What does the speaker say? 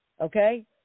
okay